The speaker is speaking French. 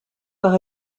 par